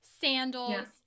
sandals